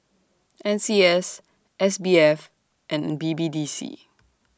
N C S S B F and B B D C